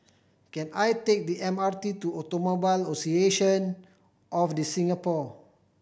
can I take the M R T to Automobile Association of The Singapore